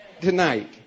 tonight